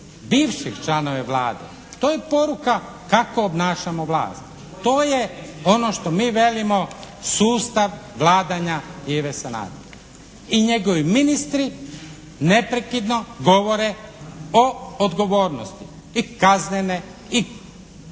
bivših članova Vlade. To je poruka kako obnašamo vlast. To je ono što mi velimo sustav vladanja Ive Sanadera i njegovi ministri neprekidno govore o odgovornosti i kaznene i